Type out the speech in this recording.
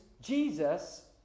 Jesus